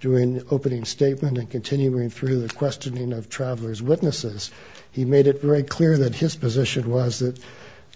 doing opening statement and continuing through the questioning of travers witnesses he made it very clear that his position was that